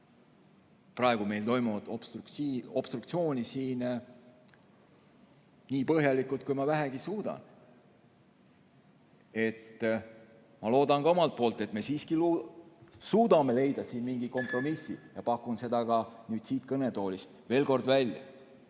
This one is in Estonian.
seda praegu meil toimuvat obstruktsiooni nii põhjalikult, kui vähegi suudan. Ma loodan ka omalt poolt, et me siiski suudame leida siin mingi kompromissi, ja pakun seda ka siit kõnetoolist veel kord välja.